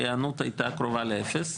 וההיענות הייתה קרובה לאפס,